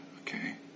okay